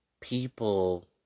people